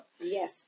yes